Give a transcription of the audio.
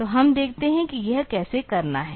तो हम देखते हैं कि यह कैसे करना है